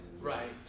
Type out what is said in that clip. Right